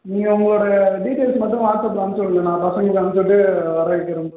நீங்கள் உங்களோடய டீட்டைல்ஸை மட்டும் வாட்ஸப்பில் அனுப்பிச்சு விடுங்க நான் பசங்களுக்கு அனுப்பிச்சு விட்டு வர வைக்கிறேன் ப்ரோ